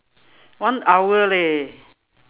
one hour leh